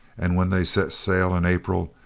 and when they set sail, in april,